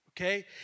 okay